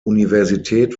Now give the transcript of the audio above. universität